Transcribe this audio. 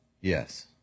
Yes